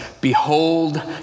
Behold